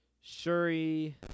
Shuri